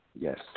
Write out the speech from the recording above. Yes